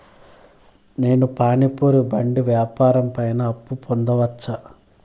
నేను పానీ పూరి బండి వ్యాపారం పైన అప్పు పొందవచ్చా?